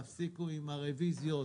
תפסיקו עם הרביזיות,